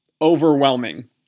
overwhelming